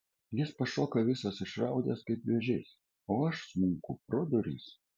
jis pašoka visas išraudęs kaip vėžys o aš smunku pro duris